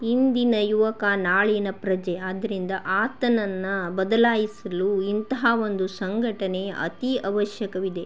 ಇಂದಿನ ಯುವಕ ನಾಳಿನ ಪ್ರಜೆ ಆದ್ರಿಂದ ಆತನನ್ನು ಬದಲಾಯಿಸಲು ಇಂತಹ ಒಂದು ಸಂಘಟನೆ ಅತೀ ಅವಶ್ಯಕವಿದೆ